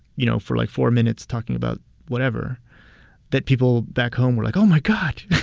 you know, for like four minutes talking about whatever that people back home were like, oh, my god,